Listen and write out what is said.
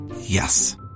Yes